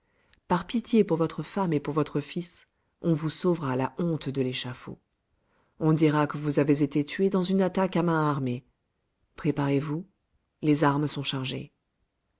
par pitié pour votre femme et pour votre fils on vous sauvera la honte de l'échafaud on dira que vous avez été tué dans une attaque à main armée préparez-vous les armes sont chargées